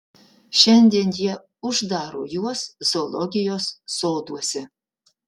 šiandien jie uždaro juos zoologijos soduose